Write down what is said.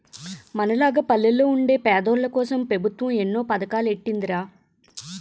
మనలాగ పల్లెల్లో వుండే పేదోల్లకోసం పెబుత్వం ఎన్నో పదకాలెట్టీందిరా